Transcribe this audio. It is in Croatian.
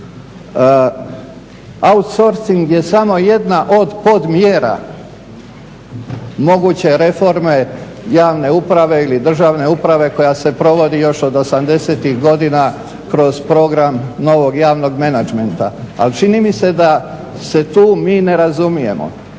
Outcourcing je samo jedna od podmjera moguće reforme javne uprave ili državne uprave koja se provodi još od 80-ih godina kroz program novog javnog menadžmenta, ali čini mi se da se tu mi ne razumijemo.